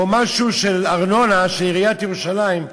או משהו של ארנונה, של עיריית ירושלים,